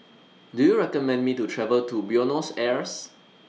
Do YOU recommend Me to travel to Buenos Aires